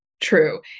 true